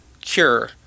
cure